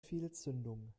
fehlzündung